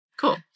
Cool